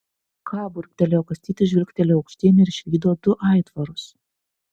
ką burbtelėjo kastytis žvilgtelėjo aukštyn ir išvydo du aitvarus